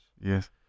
Yes